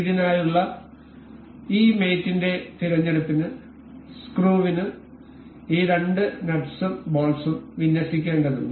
ഇതിനായുള്ള ഈ മേറ്റ് ന്റെ തിരഞ്ഞെടുപ്പിന് സ്ക്രൂവിന് ഈ രണ്ട് നട്ട്സും ബോൾട്ടും വിന്യസിക്കേണ്ടതുണ്ട്